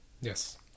Yes